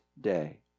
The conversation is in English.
day